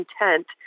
intent